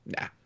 nah